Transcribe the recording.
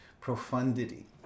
Profundity